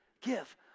give